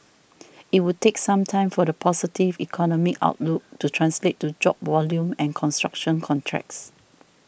it would take some time for the positive economic outlook to translate to job volume and construction contracts